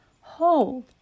hold